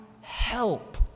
help